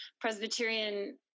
presbyterian